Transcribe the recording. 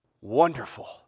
wonderful